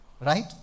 Right